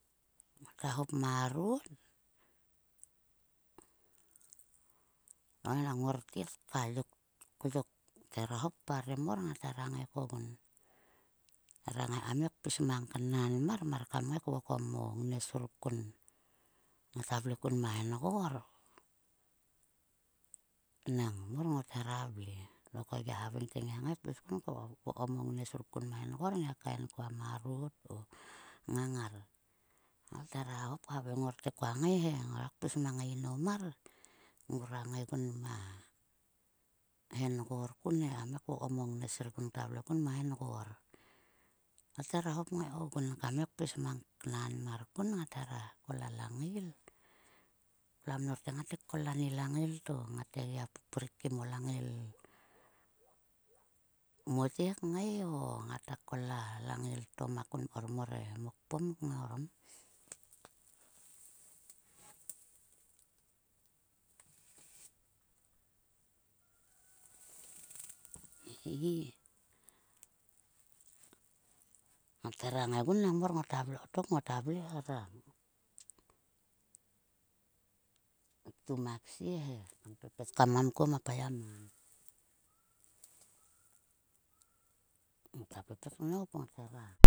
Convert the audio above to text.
Ngota hop marot va nang ngor tet ka yok, kyok ta hop parem mor. Ngat hera ngai kogun. Thera bgai kam ngai kpis mang knan mar. Mar kam ngai kvokom o ngnes ruk ngata vle. Nang ko gia haveng te ngiak ngai kpis kun kvokom o ngnes ruk kun ma hengor ngiak kaen kua marot o ngnes ruk kun ma hengor ngiak kaen kua marot o ngang ngar ngat hera hop khaveng ngor te koa ngai he. Ngore kpis mang e inou mar. Ngrora ngaigun ma hengor kun he kam ngai kvokom o ngnes rukun ngata vle kun ma hengor. To thera hop kngai kogun kam ngai kpis mang knanmar kun ngat hera kol a langail. Kloa mnor te ngate kol ani langail to ngat gia prik kim o langail mote kngai o ngata kol a langail to makun mkor e mokpom kngai orom. He ngata ngaigun nang mor ngot hera vle kotok ngota vle hera. Ptum a ksie he. Kpepet kam ngam kuo ma payaman. Ngota pepet knop ngot hera.